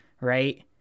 right